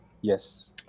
Yes